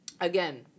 again